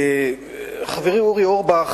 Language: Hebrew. חברי אורי אורבך,